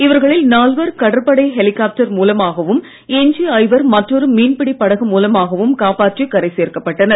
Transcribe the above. இவர்களில் நால்வர் கடற்படை ஹெலிகாப்டர் மூலமாகவும் எஞ்சிய ஐவர் மற்றொரு மீன்பிடி படகு மூலமாகவும் காப்பாற்றிக் கரை சேர்க்கப் பட்டனர்